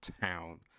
town